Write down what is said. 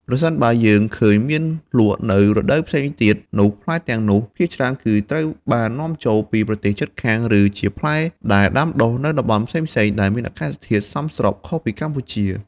ប្រសិនបើយើងឃើញមានលក់នៅរដូវកាលផ្សេងទៀត នោះផ្លែទាំងនោះភាគច្រើនគឺត្រូវបាននាំចូលពីប្រទេសជិតខាង ឬជាផ្លែដែលដាំដុះនៅតំបន់ផ្សេងៗដែលមានអាកាសធាតុសមស្របខុសពីកម្ពុជា។